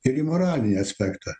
ir į moralinį aspektą